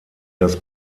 das